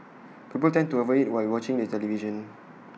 people tend to over eat while watching the television